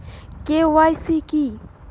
KYC কি?